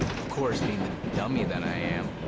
of course, being the dummy that i am,